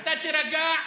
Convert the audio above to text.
אתה תירגע,